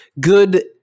good